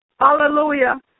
Hallelujah